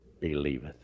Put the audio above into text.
believeth